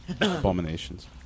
abominations